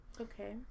Okay